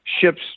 ships